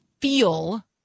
feel